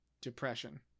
Depression